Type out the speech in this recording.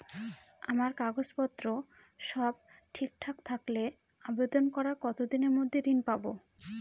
আমার কাগজ পত্র সব ঠিকঠাক থাকলে আবেদন করার কতদিনের মধ্যে ঋণ পাব?